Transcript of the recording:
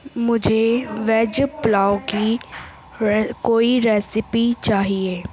مجھے ویج پلاو کی کوئی ریسیپی چاہیے